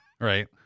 Right